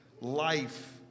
life